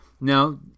Now